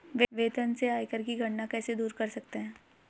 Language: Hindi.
वेतन से आयकर की गणना कैसे दूर कर सकते है?